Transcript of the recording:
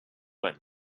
win